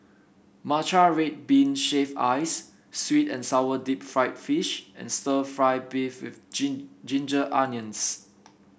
Matcha Red Bean Shaved Ice sweet and sour Deep Fried Fish and stir fry beef with Ginger Onions